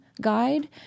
guide